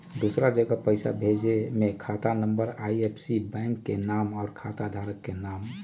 दूसरा जगह पईसा भेजे में खाता नं, आई.एफ.एस.सी, बैंक के नाम, और खाता धारक के नाम?